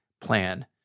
plan